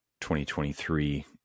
2023